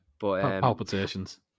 palpitations